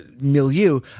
milieu